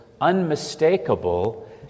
unmistakable